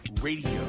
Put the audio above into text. Radio